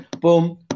boom